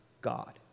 God